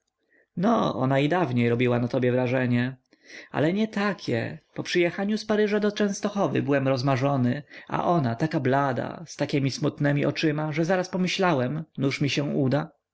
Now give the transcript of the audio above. no ona i dawniej robiła na tobie wrażenie ale nietakie po przyjechaniu z paryża do częstochowy byłem rozmarzony a ona taka blada z takiemi smutnemi oczyma że zaraz pomyślałem nuż mi się uda